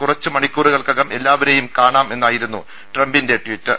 കുറച്ച് മണിക്കൂറുകൾക്കകം എല്ലാവരെയും കാണാം എന്നായിരുന്നു ട്രംപിന്റെ ട്വീറ്റ്